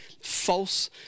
false